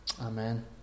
Amen